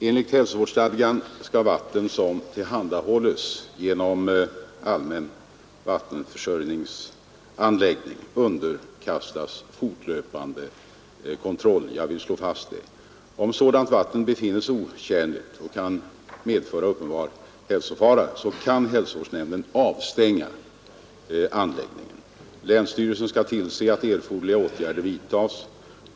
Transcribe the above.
Enligt hälsovårdsstadgan skall vatten som tillhandahålles genom allmän vattenförsörjningsanläggning underkastas fortlöpande kontroll — jag vill slå fast det. Om sådant vatten befinnes otjänligt och kan medföra uppenbar hälsofara kan hälsovårdsnämnden avstänga anläggningen. Länsstyrelsen skall tillse att erforderliga åtgärder vidtas.